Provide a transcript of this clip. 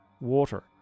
water